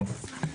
כן.